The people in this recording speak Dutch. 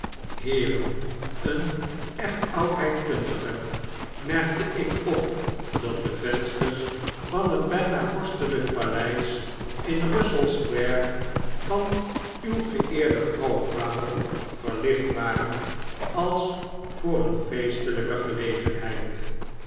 heeren een echt oudheidkundige merkte ik op dat de vensters van het bijna vorstelijk paleis in russell square van uw geeerden grootvader verlicht waren als voor een feestelijke gelegenheid